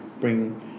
bring